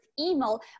email